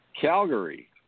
Calgary